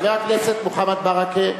חבר הכנסת מוחמד ברכה,